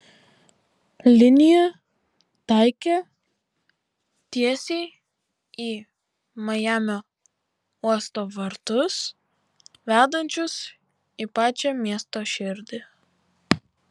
linija taikė tiesiai į majamio uosto vartus vedančius į pačią miesto širdį